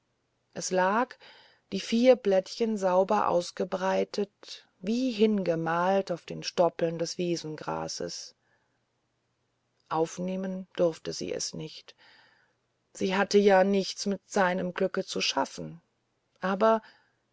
es lag die vier blättchen sauber ausbreitend wie hingemalt auf den stoppeln des wiesengrases aufnehmen durfte sie es nicht sie hatte ja nichts mit seinem glücke zu schaffen aber